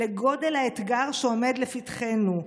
לגודל האתגר שעומד לפתחנו.